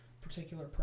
particular